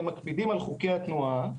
הם מקפידים על חוקי התנועה,